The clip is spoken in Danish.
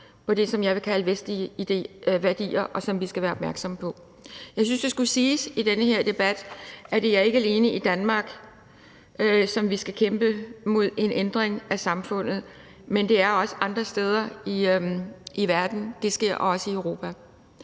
på det, som jeg vil kalde vestlige værdier, og som vi skal være opmærksomme på. Jeg synes, det skulle siges i den her debat. Det er ikke alene i Danmark, vi skal kæmpe mod en ændring af samfundet, men det er også andre steder i verden, og det sker også i Europa.